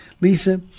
Lisa